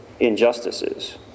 injustices